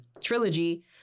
trilogy